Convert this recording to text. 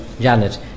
Janet